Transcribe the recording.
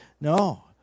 No